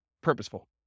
purposeful